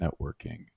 networking